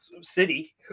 city